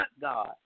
God